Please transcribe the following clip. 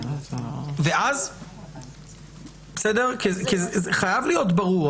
זה חייב להיות ברור.